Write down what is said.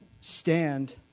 stand